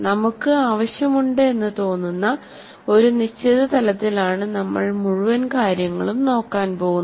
നമുക്ക് ആവശ്യമുണ്ട് എന്ന് തോന്നുന്ന ഒരു നിശ്ചിത തലത്തിലാണ് നമ്മൾ മുഴുവൻ കാര്യങ്ങളും നോക്കാൻ പോകുന്നത്